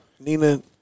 Nina